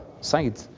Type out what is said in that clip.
side